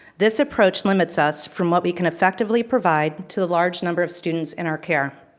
this approach limits us from what we can effectively provide to the large number of students in our care.